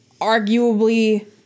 arguably